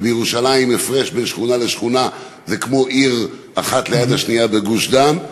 ובירושלים הפרש בין שכונה לשכונה זה כמו עיר אחת ליד השנייה בגוש-דן.